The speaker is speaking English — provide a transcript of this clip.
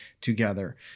together